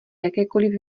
jakékoliv